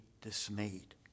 dismayed